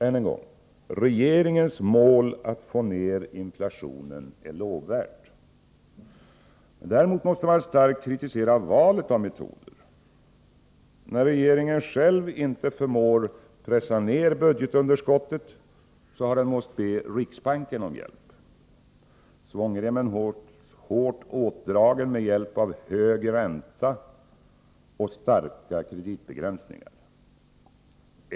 Än en gång: Regeringens mål att få ner inflationen är lovvärt. Däremot måste man starkt kritisera valet av metoder. När regeringen själv inte förmår pressa ner budgetunderskottet har den måst be riksbanken om hjälp. Svångremmen hålls hårt åtdragen med hjälp av hög ränta och starka kreditbegränsningar.